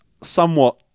somewhat